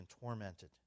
tormented